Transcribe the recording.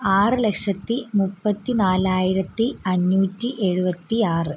ആറ് ലക്ഷത്തി മുപ്പത്തിനാലായിരത്തി അഞ്ഞൂറ്റി എഴുപത്തി ആറ്